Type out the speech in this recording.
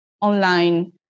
online